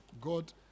God